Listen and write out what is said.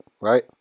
right